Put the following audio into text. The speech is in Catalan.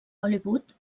hollywood